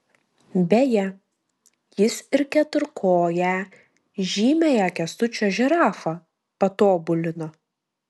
beje jis ir keturkoję žymiąją kęstučio žirafą patobulino